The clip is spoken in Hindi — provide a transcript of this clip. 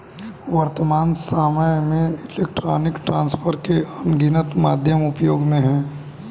वर्त्तमान सामय में इलेक्ट्रॉनिक ट्रांसफर के अनगिनत माध्यम उपयोग में हैं